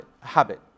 habit